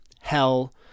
hell